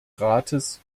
rates